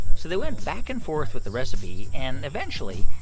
so they went back and forth with the recipe. and eventually,